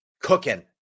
cooking